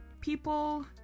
people